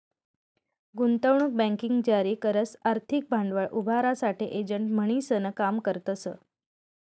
गुंतवणूक बँकिंग जारी करस आर्थिक भांडवल उभारासाठे एजंट म्हणीसन काम करतस